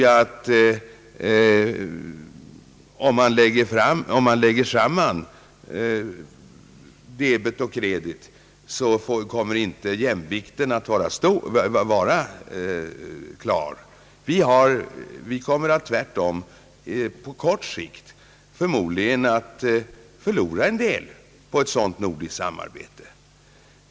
Om man på kort sikt lägger samman debet och kredit tror jag inte att jämvikten kommer att vara klar. Vi kommer tvärtom på kort sikt förmodligen att förlora något på ett sådant nordiskt samarbete.